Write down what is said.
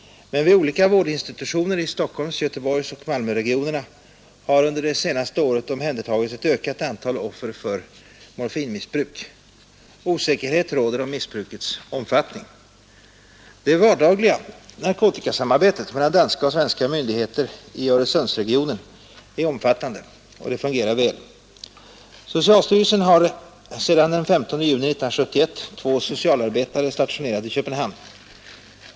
Men vid olika vårdinstitutioner i Stockholms-, Göteborgsoch Malmöregionerna har under det senaste året omhändertagits ett ökat antal offer för morfinmissbruk. Osäkerhet råder om missbrukets omfattning. Det vardagliga narkotikasamarbetet mellan danska och svenska myndigheter i Öresundsregionen är omfattande och fungerar väl. Socialstyrelsen har sedan den 15 juni 1971 två socialarbetare stationerade i Köpenhamn.